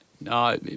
No